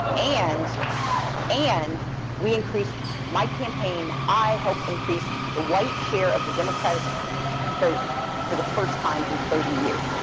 and and we increased my campaign, i helped increase the white share of the democratic vote for the first time in thirty years.